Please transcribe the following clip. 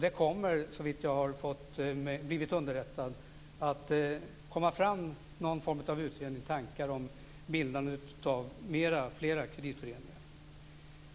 Det kommer såvitt jag har blivit underrättad att komma någon form av utredning, tankar om bildandet av fler kreditföreningar.